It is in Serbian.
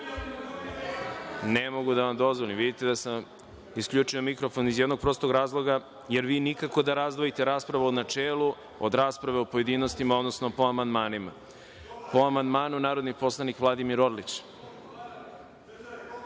Ne mogu da vam dozvolim. Vidite da sam vam isključio mikrofon iz jednog prostog razloga, jer vi nikako da razdvojite raspravu u načelu od rasprave u pojedinostima, odnosno po amandmanima. Po amandmanu, narodni poslanik Vladimir Orlić.